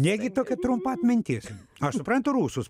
negi tokia trumpa atmintis aš suprantu rusus